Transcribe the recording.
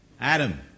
Adam